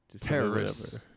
Terrorists